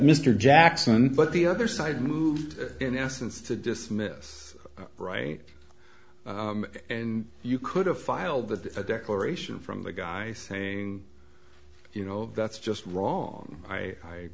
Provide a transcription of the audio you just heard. mr jackson but the other side moved in essence to dismiss right and you could have filed a declaration from the guy saying you know that's just wrong i